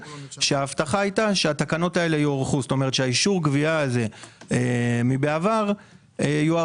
שההבטחה הייתה שהתקנות האלה יוארכו כלומר שאישור הגבייה הזה מבעבר יוארך,